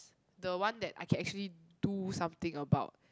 the one that I can actually do something about